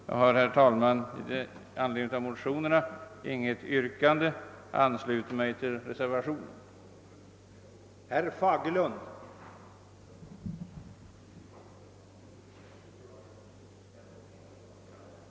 Jag har, herr talman, med anledning av motionen inget yrkande utan ansluter mig till reservationen 1 a.